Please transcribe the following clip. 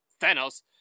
Thanos